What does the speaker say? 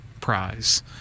prize